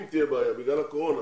אם תהיה בעיה בגלל הקורונה